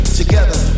together